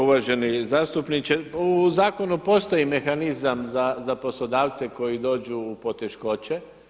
Uvaženi zastupniče u zakonu postoji mehanizam za poslodavce koji dođu u poteškoće.